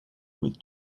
with